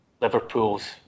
Liverpool's